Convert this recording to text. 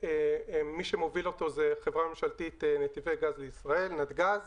שמי שמוביל אותם זה החברה הממשלתית נתיבי גז לישראל נתג"ז